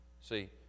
See